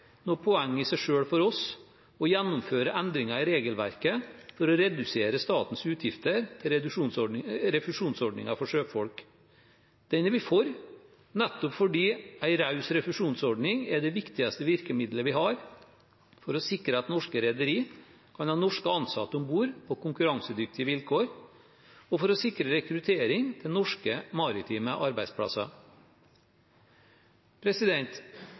noe poeng i seg selv for oss å gjennomføre endringer i regelverket for å redusere statens utgifter til refusjonsordningen for sjøfolk. Den er vi for, nettopp fordi en raus refusjonsordning er det viktigste virkemidlet vi har for å sikre at norske rederi kan ha norske ansatte om bord på konkurransedyktige vilkår, og for å sikre rekruttering til norske maritime arbeidsplasser.